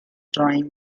drawing